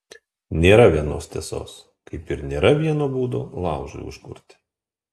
nėra vienos tiesos kaip ir nėra vieno būdo laužui užkurti